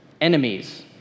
enemies